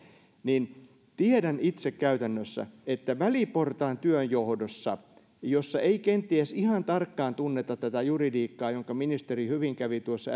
niin tiedän itse käytännössä että väliportaan työnjohdossa jossa ei kenties ihan tarkkaan tunneta tätä juridiikkaa jonka ministeri hyvin kävi tuossa